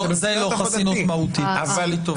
זה לא חסינות מהותית, תעשה לי טובה.